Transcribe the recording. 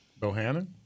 Bohannon